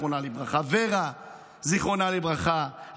זיכרונה לברכה,